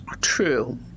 True